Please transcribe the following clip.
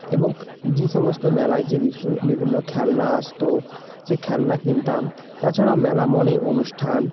এবং যে সমস্ত মেলায় যে বিষ বিভিন্ন খেলনা আসতো সেই খেলনা কিনতাম তাছাড়াও মেলা মনেই অনুষ্ঠান